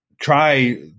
try